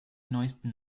neusten